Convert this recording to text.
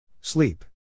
Sleep